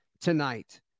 tonight